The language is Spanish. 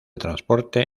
transporte